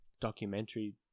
documentary